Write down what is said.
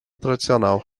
tradicional